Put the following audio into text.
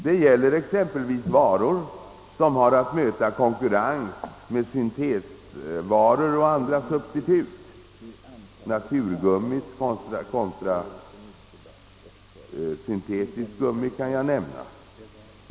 Detta gäller exempelvis varor som har att möta konkurrens med syntetvaror och andra substitut — jag kan som exempel nämna naturgummi kontra syntetiskt gummi.